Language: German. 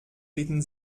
ritten